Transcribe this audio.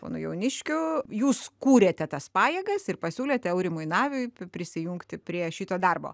ponu jauniškiu jūs kūrėte tas pajėgas ir pasiūlėte aurimui naviui pi prisijungti prie šito darbo